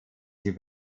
sich